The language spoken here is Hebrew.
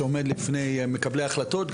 שעומד לפני מקבלי ההחלטות,